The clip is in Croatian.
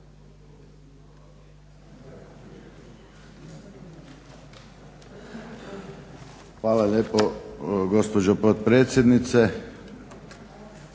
Hvala lijepo gospođo potpredsjednice,